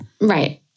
Right